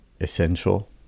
essential